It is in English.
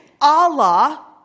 Allah